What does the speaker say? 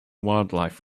wildlife